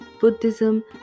Buddhism